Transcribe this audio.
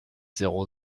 zéro